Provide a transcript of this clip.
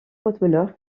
footballeur